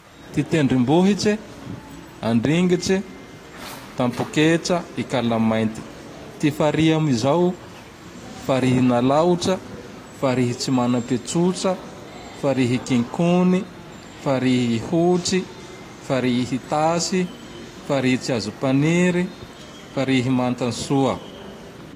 Ty tendrim-bohitse: Andringitse, Tampoketsa, Ikamainty. Ty farihy amizao: Farihin'Alaotra, Farihy Tsimapetsotra, Farihy Kinkony, Farihy Ihotry, Farihy Itasy, Farihy Tsiazopaniry, Farihy Mantasoa.